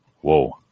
Whoa